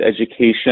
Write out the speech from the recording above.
education